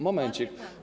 Momencik.